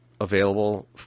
available